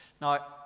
Now